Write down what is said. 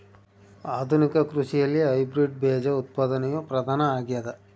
ಆಧುನಿಕ ಕೃಷಿಯಲ್ಲಿ ಹೈಬ್ರಿಡ್ ಬೇಜ ಉತ್ಪಾದನೆಯು ಪ್ರಧಾನ ಆಗ್ಯದ